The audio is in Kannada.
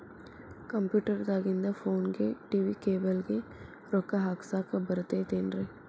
ಕಂಪ್ಯೂಟರ್ ದಾಗಿಂದ್ ಫೋನ್ಗೆ, ಟಿ.ವಿ ಕೇಬಲ್ ಗೆ, ರೊಕ್ಕಾ ಹಾಕಸಾಕ್ ಬರತೈತೇನ್ರೇ?